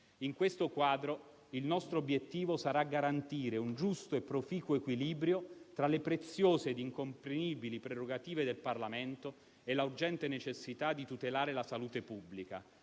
In questo quadro il nostro obiettivo sarà garantire un giusto e proficuo equilibrio tra le preziose e incomprimibili prerogative del Parlamento e l'urgente necessità di tutelare la salute pubblica.